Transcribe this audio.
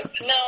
No